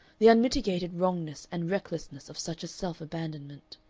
the unmitigated wrongness and recklessness of such a self-abandonment.